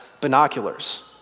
binoculars